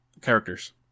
characters